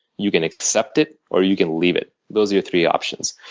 you can accept it, or you can leave it. those are your three options.